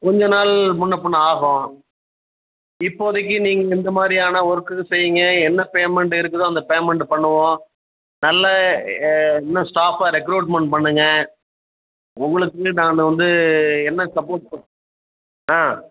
கொஞ்சம் நாள் முன்னேப் பின்னே ஆகும் இப்போதைக்கு நீங்கள் இந்த மாதிரியான ஒர்க்குக்கு செய்யுங்க என்ன பேமண்டு இருக்குதோ அந்த பேமண்டு பண்ணுவோம் நல்லா இன்னும் ஸ்டாஃப்பை ரெக்ரூட்மெண்ட் பண்ணுங்கள் உங்களுக்கு நான் வந்து என்ன சப்போர்ட்